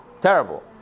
Terrible